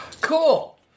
Cool